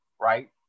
right